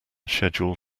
schedule